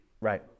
right